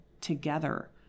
together